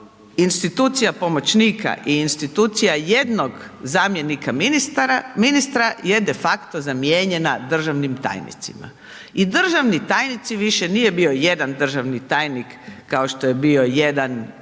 institucija pomoćnika i institucija jednog zamjenika ministra je defakto zamijenjena državnim tajnicima i državni tajnici, više nije bio jedan državni tajnik kao što je bio jedan